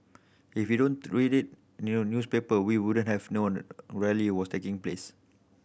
if we don't read it in a newspaper we wouldn't have known a rally was taking place